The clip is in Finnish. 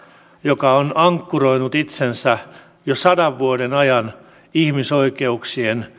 joka on ankkuroinut itsensä jo sadan vuoden ajan ihmisoikeuksien